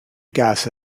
gas